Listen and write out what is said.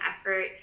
effort